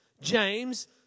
James